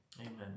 Amen